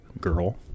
girl